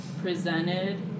presented